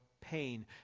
pain